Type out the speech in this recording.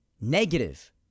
negative